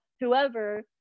whoever